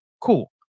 Cool